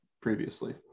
previously